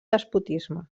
despotisme